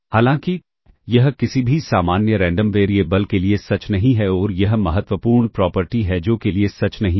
हालांकि यह किसी भी सामान्य रैंडम वेरिएबल के लिए सच नहीं है और यह महत्वपूर्ण प्रॉपर्टी है जो के लिए सच नहीं है